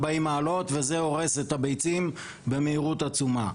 מעלות וזה הורס את הביצים במהירות עצומה,